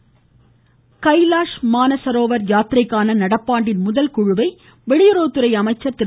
ஜெய்சங்கர் கைலாஷ் மானஸரோவர் யாத்திரைக்கான நடப்பாண்டின் முதல் குழுவை வெளியுறவுத்துறை அமைச்சர் திரு